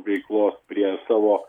veiklos prie savo